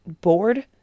bored